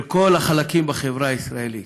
ושל כל החלקים בחברה הישראלית.